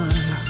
One